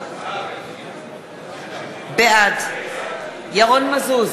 בעד ירון מזוז,